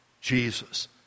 Jesus